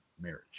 marriage